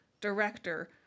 director